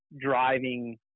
driving